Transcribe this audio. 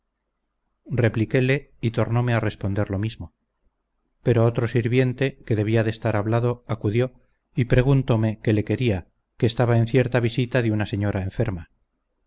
repliquéle y tornome a responder lo mismo pero otro sirviente que debía de estar hablado acudió y preguntóme que le quería que estaba en cierta visita de una señora enferma